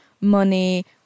money